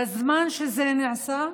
בזמן שזה נעשה,